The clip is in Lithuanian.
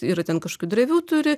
yra ten kažkokių drevių turi